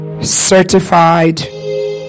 certified